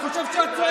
אתה דיברת עם